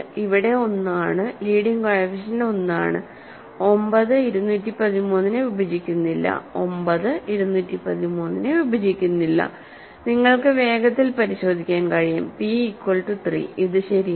ഇവിടെ 1 ആണ് leading coefficient 1 ആണ്9 213 നെ വിഭജിക്കുന്നില്ല 9 213 നെ വിഭജിക്കുന്നില്ല നിങ്ങൾക്ക് വേഗത്തിൽ പരിശോധിക്കാൻ കഴിയും p ഈക്വൽ റ്റു 3 ഇത് ശരിയാണ്